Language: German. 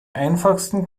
einfachsten